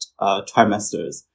trimesters